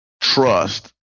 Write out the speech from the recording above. trust